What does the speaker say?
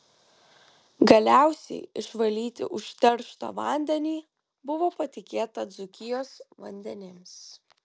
galiausiai išvalyti užterštą vandenį buvo patikėta dzūkijos vandenims